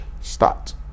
start